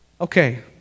Okay